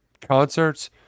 Concerts